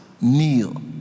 kneel